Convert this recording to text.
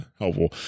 helpful